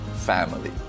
family